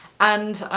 and,